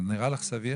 זה נראה לך סביר?